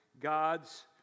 God's